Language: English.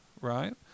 right